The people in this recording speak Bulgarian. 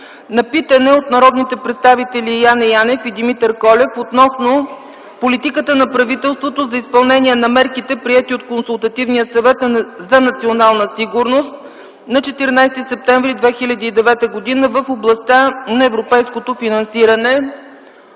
на питане от народните представители Яне Янев и Димитър Колев относно политиката на правителството за изпълнение на мерките, приети от Консултативния съвет за национална сигурност на 14 септември 2009 г. в областта на европейското финансиране.